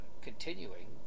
continuing